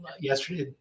yesterday